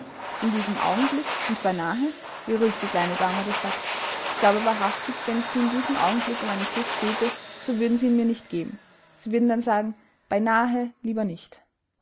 in diesem augenblick und beinahe wie ruhig die kleine dame das sagt ich glaube wahrhaftig wenn ich sie in diesem augenblick um einen kuß bäte so würden sie ihn mir nicht geben sie würden dann sagen beinahe lieber nicht